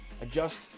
adjust